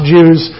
Jews